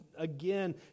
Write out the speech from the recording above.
Again